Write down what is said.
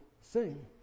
sing